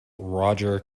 roger